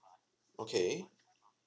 okay